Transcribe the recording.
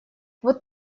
вот